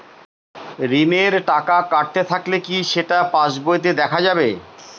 ঋণের টাকা কাটতে থাকলে কি সেটা পাসবইতে দেখা যাবে?